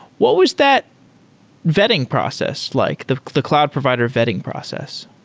what was that vetting process like? the the cloud provider vetting process?